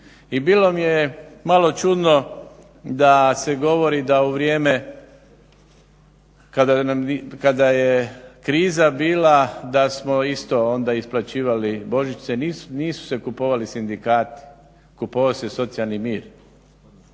I bilo mi je malo čudno da se govori da u vrijeme kada je kriza bila da smo isto onda isplaćivali božićnice. Nisu se kupovali sindikati, kupovao se socijalni mir.